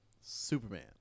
Superman